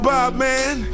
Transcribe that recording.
Bob-man